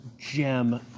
gem